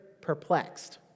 perplexed